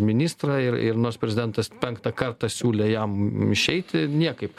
ministrą ir ir nors prezidentas penktą kartą siūlė jam išeiti niekaip